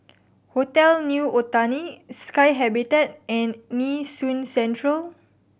Hotel New Otani Sky Habitat and Nee Soon Central